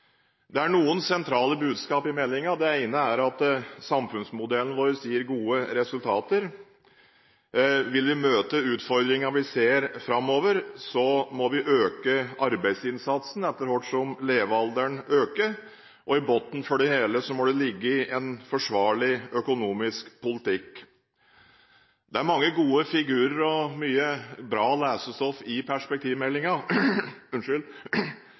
Det er noen sentrale budskap i meldingen. Det ene er at samfunnsmodellen vår gir gode resultater. Vil vi møte utfordringene vi ser framover, må vi øke arbeidsinnsatsen etter hvert som levealderen øker. Og i bunnen for det hele må det ligge en forsvarlig økonomisk politikk. Det er mange gode figurer og mye bra lesestoff i